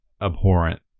abhorrent